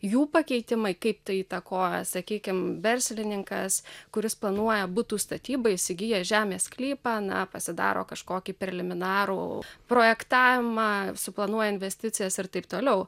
jų pakeitimai kaip tai įtakoja sakykim verslininkas kuris planuoja butų statybą įsigyja žemės sklypą na pasidaro kažkokį preliminarų projektavimą suplanuoja investicijas ir taip toliau